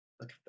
look